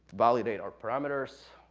validate our parameters.